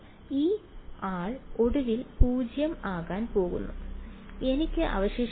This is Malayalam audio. ഈ ആൾ ഒടുവിൽ 0 ആകാൻ പോകുന്നു എനിക്ക് അവശേഷിക്കുന്നത് r2log